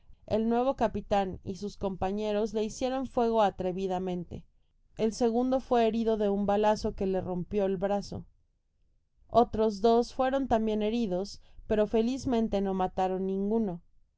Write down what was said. el nue vo capitan y sus compañeros le hicieron fuego atrevidamente el segundo fue herido de un balazo que le rempié el brazo otros dos tueron tambien heridos pero felizmente no mataron ninguno